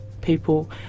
people